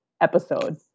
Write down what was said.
episode